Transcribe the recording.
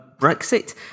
Brexit